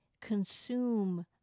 consume